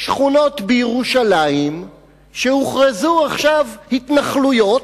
שכונות בירושלים שהוכרזו עכשיו התנחלויות,